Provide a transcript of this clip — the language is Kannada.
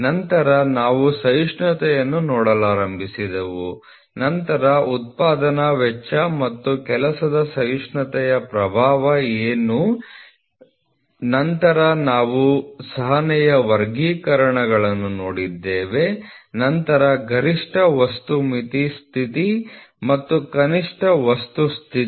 ನಂತರ ನಾವು ಸಹಿಷ್ಣುತೆಯನ್ನು ನೋಡಲಾರಂಭಿಸಿದೆವು ನಂತರ ಉತ್ಪಾದನಾ ವೆಚ್ಚ ಮತ್ತು ಕೆಲಸದ ಸಹಿಷ್ಣುತೆಯ ಪ್ರಭಾವ ಏನು ನಂತರ ನಾವು ಸಹನೆಯ ವರ್ಗೀಕರಣವನ್ನು ನೋಡಿದ್ದೇವೆ ನಂತರ ಗರಿಷ್ಠ ವಸ್ತು ಮಿತಿ ಸ್ಥಿತಿ ಮತ್ತು ಕನಿಷ್ಠ ವಸ್ತು ಸ್ಥಿತಿ